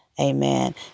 Amen